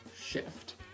shift